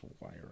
wire